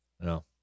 No